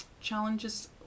challenges